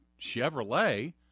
Chevrolet